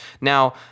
Now